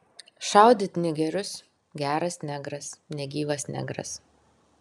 šaudyt nigerius geras negras negyvas negras